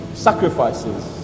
Sacrifices